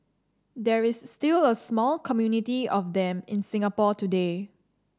there is still a small community of them in Singapore today